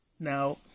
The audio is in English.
Now